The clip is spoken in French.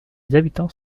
habitants